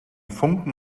funken